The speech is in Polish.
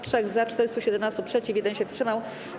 3 - za, 417 - przeciw, 1 się wstrzymał.